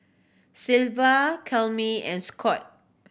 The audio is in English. Cleva and Scot